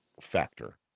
factor